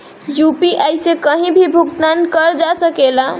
UPI से कहीं भी भुगतान कर जा सकेला?